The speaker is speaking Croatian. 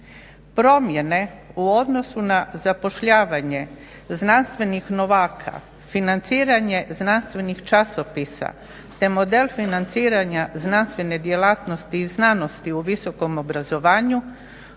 Promjene u odnosu na zapošljavanje znanstvenih novaka, financiranje znanstvenih časopisa te model financiranja znanstvene djelatnosti i znanosti u visokom obrazovanju